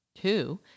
two